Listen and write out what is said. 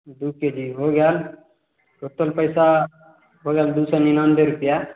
दू केजी हो गेल टोटल पैसा भऽ गेल दू सए निनानबे रुपआ